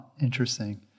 interesting